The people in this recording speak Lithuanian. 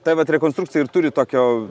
ta vat rekonstrukcija ir turi tokio